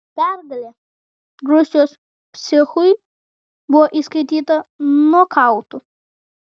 pergalė rusijos psichui buvo įskaityta nokautu